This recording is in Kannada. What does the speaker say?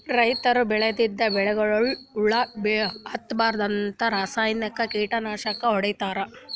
ರೈತರ್ ಬೆಳದಿದ್ದ್ ಬೆಳಿಗೊಳಿಗ್ ಹುಳಾ ಹತ್ತಬಾರ್ದ್ಂತ ರಾಸಾಯನಿಕ್ ಕೀಟನಾಶಕ್ ಹೊಡಿತಾರ್